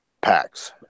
packs